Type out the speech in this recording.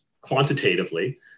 quantitatively